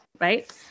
right